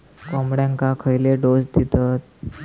कोंबड्यांक खयले डोस दितत?